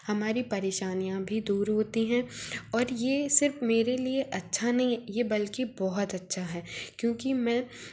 हमारी परेशानियाँ भी दूर होती हैं और ये सिर्फ मेरे लिए अच्छा नहीं ये बल्कि बहुत अच्छा है क्योंकि मैं